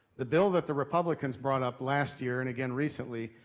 the bill that the republicans brought up last year, and again recently,